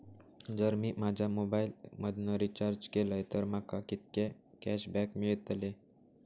जर मी माझ्या मोबाईल मधन रिचार्ज केलय तर माका कितके कॅशबॅक मेळतले?